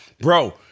Bro